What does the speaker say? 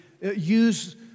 use